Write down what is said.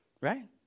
right